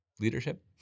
leadership